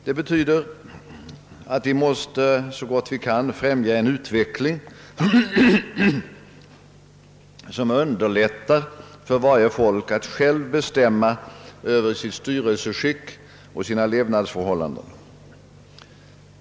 Det betyder att vi så gott vi kan måste främja en utveckling som underlättar för varje folk att självt bestämma över sitt styrelseskick och sina levnadsförhållanden.